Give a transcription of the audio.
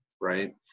right